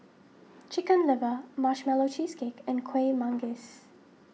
Chicken Liver Marshmallow Cheesecake and Kuih Manggis